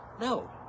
no